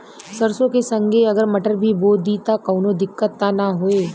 सरसो के संगे अगर मटर भी बो दी त कवनो दिक्कत त ना होय?